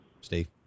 Steve